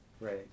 Right